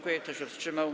Kto się wstrzymał?